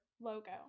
logo